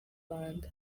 rwanda